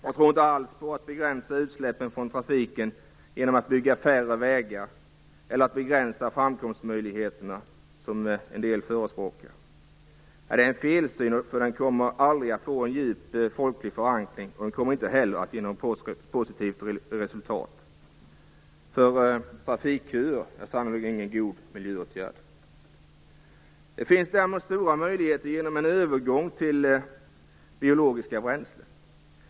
Jag tror inte alls på att begränsa utsläppen från trafiken genom att bygga färre vägar eller genom att begränsa framkomstmöjligheterna, som en del förespråkar. Det är en felsyn som aldrig kommer att få en djup folklig förankring och som heller inte kommer att ge något positivt resultat, för trafikköer är sannerligen ingen god miljöåtgärd. Det finns däremot stora möjligheter genom en övergång till biologiska bränslen.